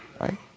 right